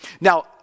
Now